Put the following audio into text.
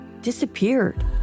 disappeared